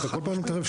אתה כל פעם מתערב.